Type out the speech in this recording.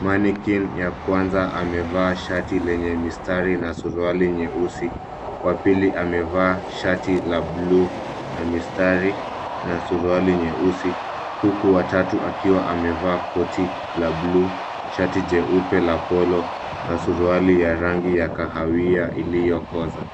mannequin ya kwanza amevaa shati lenye mistari na suruali nyeusi. Wa pili amevaa shati la buluu na mistari na suruali nyeusi. Huku wa tatu akiwa amevaa koti la buluu, shati jeupe la polo na suruali ya rangi ya kahawia iliyo koza.